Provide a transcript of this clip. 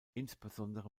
insbesondere